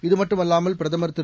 இதுமட்டுமல்லாமல் பிரதமர் திரு